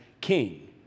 king